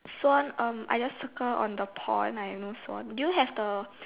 swan um I just circle on the pond I have no swan do you have the